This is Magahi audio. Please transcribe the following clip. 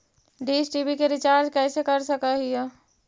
डीश टी.वी के रिचार्ज कैसे कर सक हिय?